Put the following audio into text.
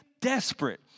desperate